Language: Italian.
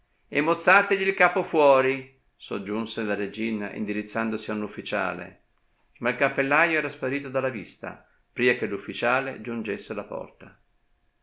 e mozzategli il capo fuori soggiunse la regina indirizzandosi ad un ufficiale ma il cappellaio era sparito dalla vista pria che l'ufficiale giungesse alla porta